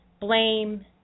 blame